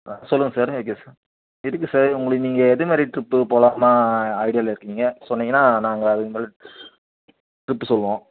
ஆ சொல்லுங்கள் sir okay sir எதுக்கு sir உங்களுக்கு நீங்கள் எது மாதிரி ட்ரிப்பு போலானு ஐடியாவில் இருக்கீங்க சொன்னீங்கன்னா நாங்கள் அது உங்களுக்கு ட்ரிப்பு சொல்வோம்